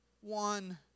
one